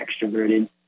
extroverted